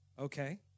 Okay